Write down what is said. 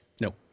No